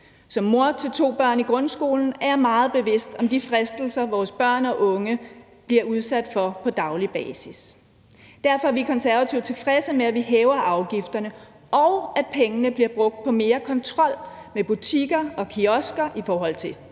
Som mor til to børn i grundskolen er jeg meget bevidst om de fristelser, vores børn og unge bliver udsat for på daglig basis. Derfor er vi Konservative tilfredse med, at vi hæver afgifterne, og at pengene bliver brugt på mere kontrol med butikker og kiosker i forhold til